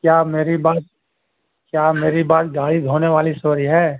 کیا میری بات کیا میری بات گاڑی دھونے والی سے ہو رہی ہے